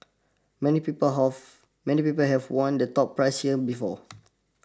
many people have many people have won the top prize here before